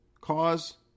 cause